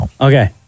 Okay